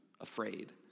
afraid